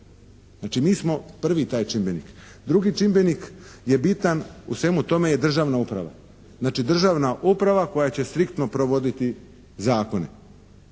Znači, mi smo prvi taj čimbenik. Drugi čimbenik je bitan u svemu tome je državna uprava. Znači, državna uprava koja će striktno provoditi zakone.